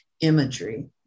imagery